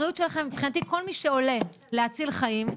מבחינתי כל מי שעולה להציל חיים,